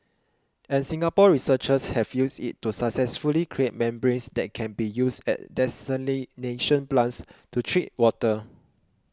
and Singapore researchers have used it to successfully create membranes that can be used at desalination plants to treat water